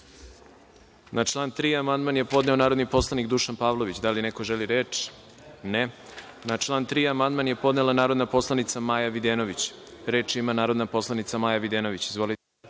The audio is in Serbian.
član 3. amandman je podneo narodni poslanik Dušan Pavlović. Da li neko želi reč? (Ne)Na član 3. amandman je podnela narodna poslanica Maja Videnović. Reč ima narodna poslanica Maja Videnović. Izvolite.